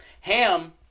Ham